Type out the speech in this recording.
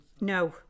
No